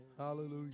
hallelujah